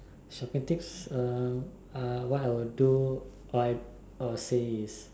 shopping tips um uh what I will do or I or say is